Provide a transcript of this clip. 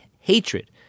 hatred